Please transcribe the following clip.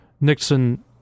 Nixon